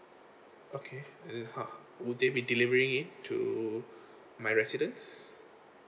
okay mm ha would they be delivering it to my residence